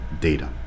data